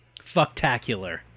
Fucktacular